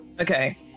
Okay